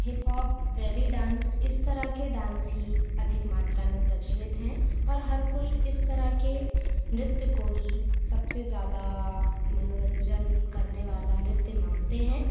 hip hop belly dance इस तरह के डांस ही अधिक मात्रा में प्रचलित हैं और हर कोई इस तरह के नृत्य को ही सबसे ज़्यादा मनोरंजन करने वाला नृत्य मानते हैं